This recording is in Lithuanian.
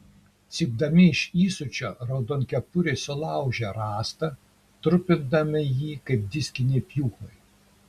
cypdami iš įsiūčio raudonkepuriai sulaužė rąstą trupindami jį kaip diskiniai pjūklai